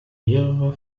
mehrere